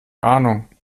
ahnung